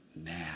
now